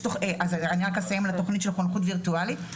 אני רק אסיים על התכנית של חונכות וירטואלית.